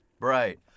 right